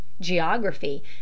geography